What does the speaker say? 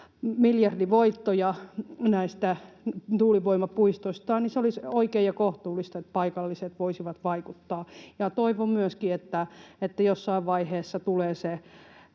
miljardivoittoja näistä tuulivoimapuistoista. Se olisi oikein ja kohtuullista, että paikalliset voisivat vaikuttaa. Ja toivon myöskin, että jossain vaiheessa tulee se